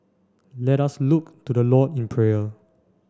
let us look to the Lord in prayer